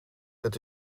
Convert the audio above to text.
het